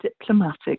diplomatic